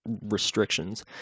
restrictions